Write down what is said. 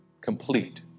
Complete